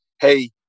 hey